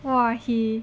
!wah! he